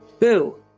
Boo